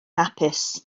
hapus